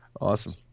Awesome